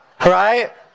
right